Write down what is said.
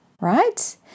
right